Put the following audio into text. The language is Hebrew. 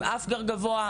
עם אפגר גבוה,